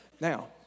Now